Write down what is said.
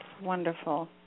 wonderful